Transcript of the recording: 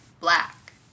black